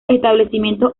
establecimientos